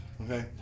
okay